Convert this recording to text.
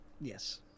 Yes